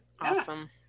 awesome